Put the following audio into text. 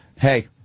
hey